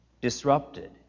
disrupted